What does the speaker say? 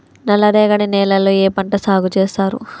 నల్లరేగడి నేలల్లో ఏ పంట సాగు చేస్తారు?